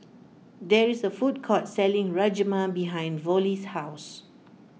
there is a food court selling Rajma behind Vollie's house